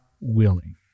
willing